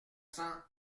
cent